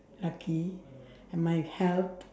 lucky and my health